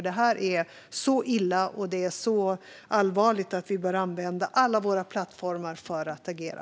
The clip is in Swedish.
Detta är så illa och så allvarligt att vi bör använda alla våra plattformar för att agera.